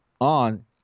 on